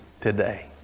today